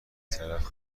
طرف